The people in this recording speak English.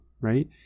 right